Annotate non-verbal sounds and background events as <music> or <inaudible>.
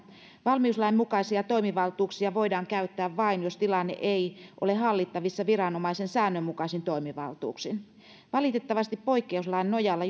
valmiuslain mukaisia toimivaltuuksia voidaan käyttää vain jos tilanne ei ole hallittavissa viranomaisen säännönmukaisin toimivaltuuksin valitettavasti poikkeuslain nojalla <unintelligible>